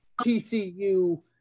TCU